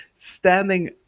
Standing